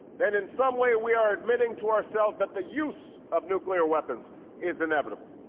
then in some way we are admitting to ourselves that the use of nuclear weapons is inevitable.